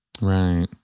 Right